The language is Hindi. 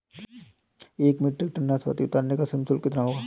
एक मीट्रिक टन नाशपाती उतारने का श्रम शुल्क कितना होगा?